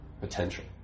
potential